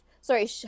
sorry